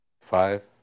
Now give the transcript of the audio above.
Five